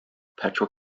petro